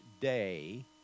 day